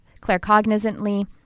claircognizantly